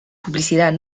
publicidad